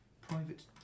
Private